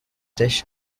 dish